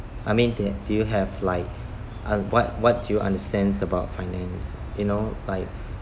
I mean that do you have like un~ what what do you understand about finance you know like